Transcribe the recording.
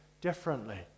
differently